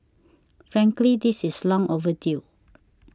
frankly this is long overdue